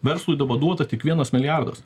verslui daba duota tik vienas milijardas